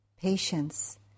Patience